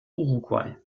uruguay